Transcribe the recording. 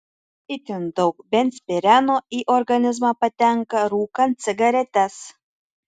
itin daug benzpireno į organizmą patenka rūkant cigaretes